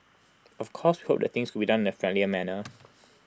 of course we hope that things could be done in A friendlier manner